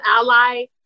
ally